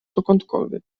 dokądkolwiek